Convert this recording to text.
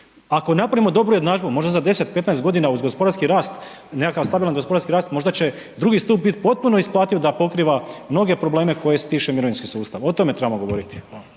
Ako napravimo dobru jednadžbu, možda za 10, 15 g. uz gospodarski rast, nekakav stabilan gospodarski rast, možda će II. stup biti potpuno isplativ da pokriva mnoge probleme koji tište mirovinski sustav, o tome trebamo govoriti.